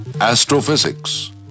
astrophysics